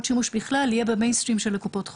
שימוש יהיה ב"מיינסטרים" של קופות החולים.